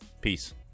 Peace